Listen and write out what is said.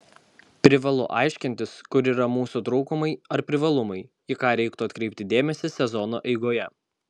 privalu aiškintis kur yra mūsų trūkumai ar privalumai į ką reiktų atkreipti dėmesį sezono eigoje